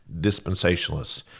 dispensationalists